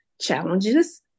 challenges